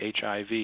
HIV